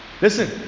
Listen